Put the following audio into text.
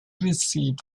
received